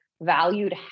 valued